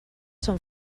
són